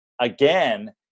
again